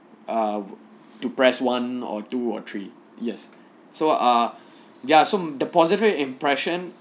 err to press one or two or three yes so ah ya so the positive impression